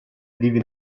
vivi